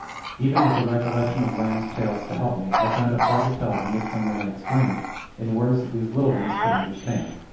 even with the recollection of lamb's tales to help me i found it hard to tell the midsummer night's dream in words that these little ones could understand.